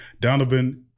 Donovan